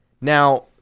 Now